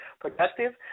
productive